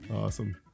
Awesome